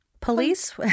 Police